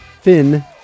Finn